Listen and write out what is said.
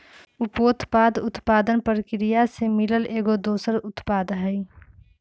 उपोत्पाद उत्पादन परकिरिया से मिलल एगो दोसर उत्पाद हई